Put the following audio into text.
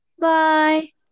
Bye